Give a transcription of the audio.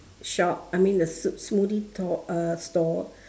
shop I mean the s~ smoothie t~ uh stall